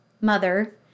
mother